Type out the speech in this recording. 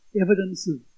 evidences